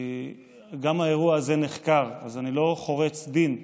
גם האירוע הזה נחקר, אז אני לא חורץ דין,